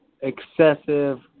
excessive